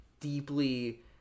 deeply